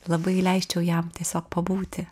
labai leisčiau jam tiesiog pabūti